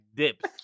dips